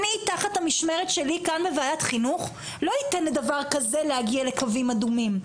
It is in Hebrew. אני תחת המשמרת שלי בוועדת החינוך לא אתן לדבר כזה להגיע לקווים אדומים.